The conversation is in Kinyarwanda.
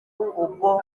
ubwo